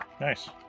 Nice